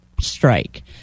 strike